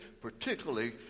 particularly